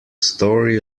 story